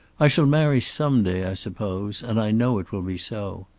i shall marry some day i suppose, and i know it will be so.